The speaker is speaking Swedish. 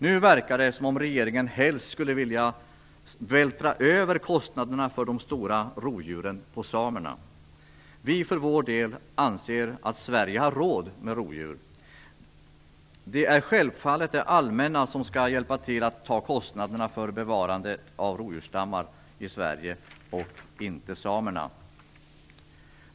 Nu verkar det som att regeringen helst skulle vilja vältra över kostnaderna för de stora rovdjuren på samerna. Vi för vår del anser att Sverige har råd med rovdjur. Det är självfallet det allmänna som skall bära kostnaderna för bevarande av rovdjursstammar i Sverige och inte samerna.